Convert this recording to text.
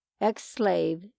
ex-slave